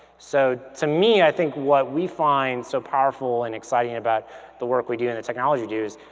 so to me, i think what we find so powerful and exciting about the work we do and the technology used,